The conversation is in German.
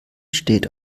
steht